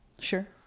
Sure